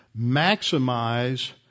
maximize